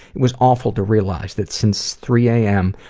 it was awful to realize that since three am,